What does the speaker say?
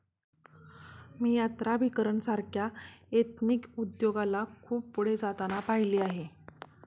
मी यात्राभिकरण सारख्या एथनिक उद्योगाला खूप पुढे जाताना पाहिले आहे